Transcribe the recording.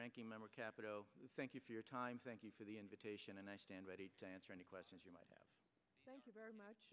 ranking member capitol thank you for your time thank you for the invitation and i stand ready to answer any questions you might